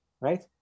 right